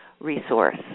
resource